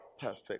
Perfect